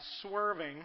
swerving